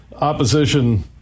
opposition